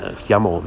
stiamo